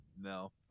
No